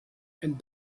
and